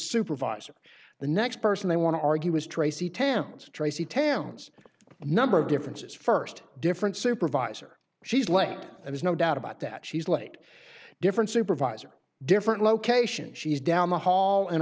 supervisor the next person they want to argue was tracy townes tracy towns a number of differences st different supervisor she's lent it was no doubt about that she's like different supervisor different location she's down the hall and